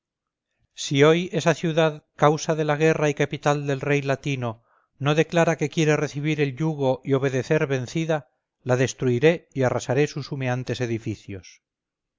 si hoy esa ciudad causa de la guerra y capital del rey latino no declara que quiere recibir el yugo y obedecer vencida la destruiré y arrasaré sus humeantes edificios